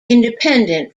independent